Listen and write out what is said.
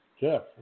Jeff